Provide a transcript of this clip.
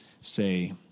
say